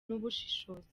n’ubushishozi